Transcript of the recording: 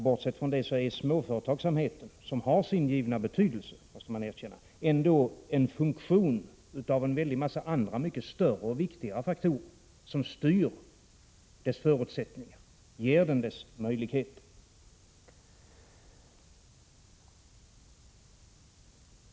Bortsett från detta utgör småföretagsamheten, som har sin givna betydelse, det måste man erkänna, ändå en funktion av många andra och mycket större och viktigare faktorer som styr dess förutsättningar, ger den dess möjligheter.